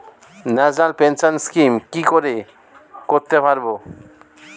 National pension scheme কি করে করতে পারব?